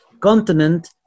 continent